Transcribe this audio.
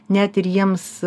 net ir jiems